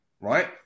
right